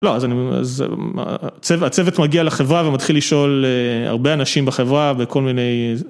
לא, אז הצוות מגיע לחברה ומתחיל לשאול הרבה אנשים בחברה וכל מיני...